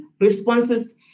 responses